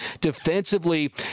defensively